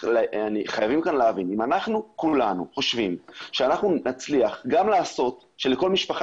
חייבים להבין שאם אנחנו כולנו חושבים שאנחנו נצליח גם לעשות שלכל משפחה